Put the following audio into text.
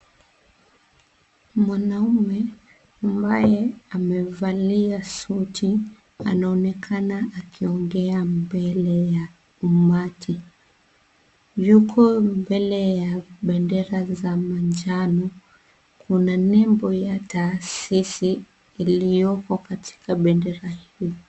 Mwanaume ambaye amevalia suti anaonekana akiongea mbele ya umati. Yuko mbele ya bendera za manjano, kuna nembo ya taasisi iliyoko katika bendera hiyo.